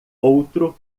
outro